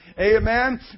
Amen